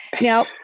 Now